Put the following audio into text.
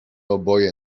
oboje